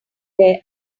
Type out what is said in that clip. there